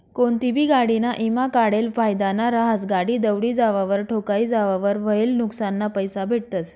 कोनतीबी गाडीना ईमा काढेल फायदाना रहास, गाडी दवडी जावावर, ठोकाई जावावर व्हयेल नुक्सानना पैसा भेटतस